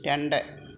രണ്ട്